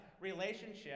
relationship